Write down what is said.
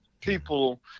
people